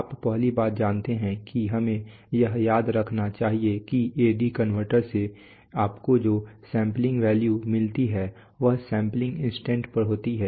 आप पहली बात जानते हैं कि हमें यह याद रखना चाहिए कि AD कन्वर्टर से आपको जो सैंपलिंग वैल्यू मिलती है वह सैंपलिंग इंस्टेंट पर होती है